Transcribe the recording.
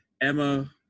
Emma